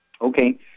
Okay